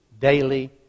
daily